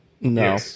No